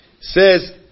Says